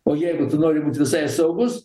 o jeigu tu nori būt visai saugus